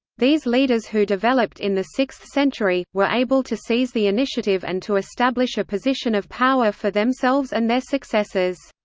these leaders who developed in the sixth century, were able to seize the initiative and to establish a position of power for themselves and their successors.